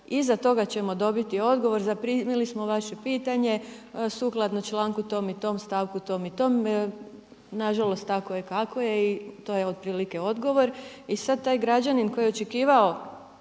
Iza toga ćemo dobiti odgovor, zaprimili smo vaše pitanje, sukladno članku tom i tom, stavku tom i tom, nažalost tako je kako je i to je otprilike odgovor. I sada taj građanin koji je očekivao